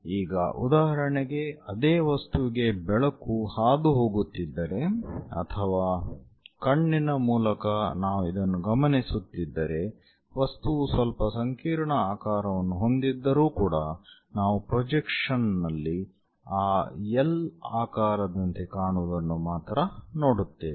ಈಗ ಉದಾಹರಣೆಗೆ ಅದೇ ವಸ್ತುವಿಗೆ ಬೆಳಕು ಹಾದುಹೋಗುತ್ತಿದ್ದರೆ ಅಥವಾ ಕಣ್ಣಿನ ಮೂಲಕ ನಾವು ಇದನ್ನು ಗಮನಿಸುತ್ತಿದ್ದರೆ ವಸ್ತುವು ಸ್ವಲ್ಪ ಸಂಕೀರ್ಣ ಆಕಾರವನ್ನು ಹೊಂದಿದ್ದರೂ ಕೂಡಾ ನಾವು ಪ್ರೊಜೆಕ್ಷನ್ ನಲ್ಲಿ ಆ L ಆಕಾರದಂತೆ ಕಾಣುವುದನ್ನು ಮಾತ್ರ ನೋಡುತ್ತೇವೆ